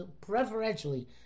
preferentially